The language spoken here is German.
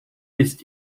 ist